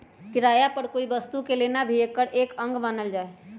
किराया पर कोई वस्तु के लेना भी एकर एक अंग मानल जाहई